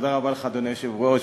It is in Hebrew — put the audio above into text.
אדוני היושב-ראש,